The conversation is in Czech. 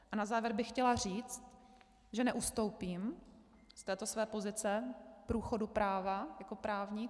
A na závěr bych chtěla říct, že neustoupím z této své pozice průchodu práva, jako právník.